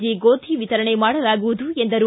G ಗೋಧಿ ವಿತರಣೆ ಮಾಡಲಾಗುವುದು ಎಂದರು